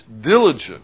diligent